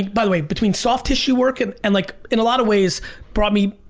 by the way, between soft tissue work and and like, in a lot of ways brought me,